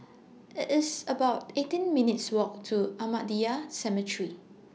IT IS about eighteen minutes' Walk to Ahmadiyya Cemetery